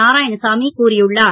நாராயணசாமி கூறியுள்ளார்